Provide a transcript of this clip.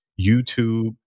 YouTube